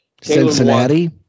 Cincinnati